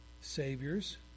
saviors